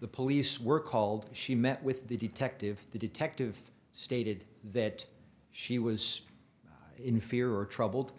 the police were called she met with the detective the detective stated that she was in fear or troubled